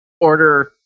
order